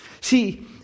See